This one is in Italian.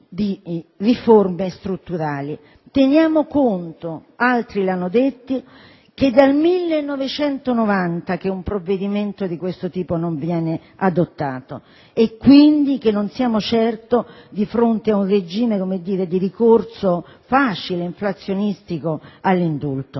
Teniamo conto - altri lo hanno detto - che è dal 1990 che un provvedimento di questo tipo non viene adottato e che quindi non siamo certo di fronte ad un regime di ricorso facile, inflazionato, all'indulto.